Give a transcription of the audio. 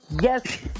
Yes